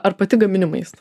ar pati gamini maistą